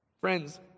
Friends